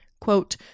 quote